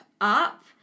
up